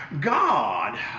God